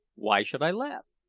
why should i laugh?